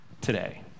today